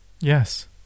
Yes